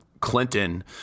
Clinton